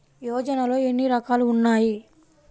యోజనలో ఏన్ని రకాలు ఉన్నాయి?